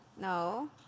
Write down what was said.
No